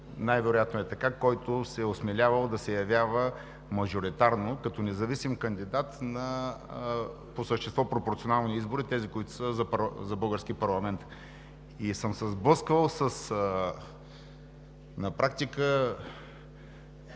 най-вероятно е така, който се е осмелявал да се явява мажоритарно като независим кандидат на по същество пропорционални избори – тези, които са за български парламент. И съм се сблъсквал на практика